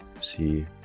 See